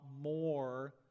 more